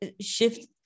shift